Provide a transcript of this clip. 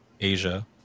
Asia